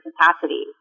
capacity